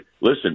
listen